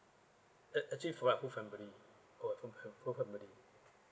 act~ actually for my whole family for my whole whole family